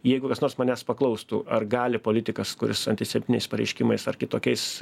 jeigu kas nors manęs paklaustų ar gali politikas kuris antisemitiniais pareiškimais ar kitokiais